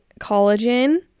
collagen